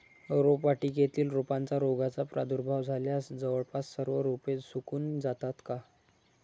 रोपवाटिकेतील रोपांना रोगाचा प्रादुर्भाव झाल्यास जवळपास सर्व रोपे सुकून जातात का?